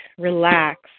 relax